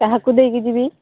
କାହାକୁ ଦେଇକି ଯିବି